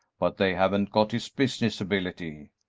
but they haven't got his business ability.